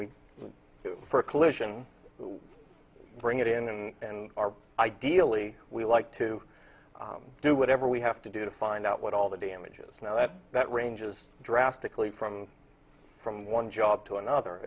we do for a collision to bring it in and are ideally we like to do whatever we have to do to find out what all the damage is now that that range is drastically from from one job to another